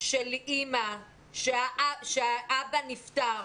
של אימא שהאבא נפטר